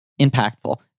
impactful